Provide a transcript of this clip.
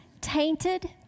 tainted